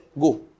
Go